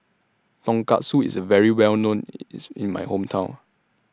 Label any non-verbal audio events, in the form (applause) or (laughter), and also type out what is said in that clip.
Tonkatsu IS very Well known (noise) IS in My Hometown